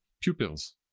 pupils